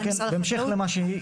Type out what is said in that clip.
כן, בהמשך למה שדגנית אמרה.